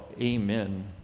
amen